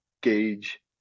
gauge